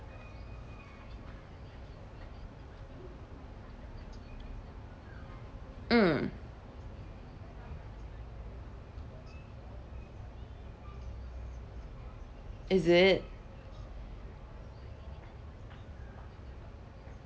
mm is it